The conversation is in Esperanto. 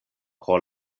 pro